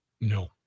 No